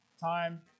time